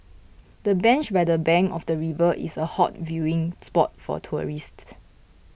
the bench by the bank of the river is a hot viewing spot for tourists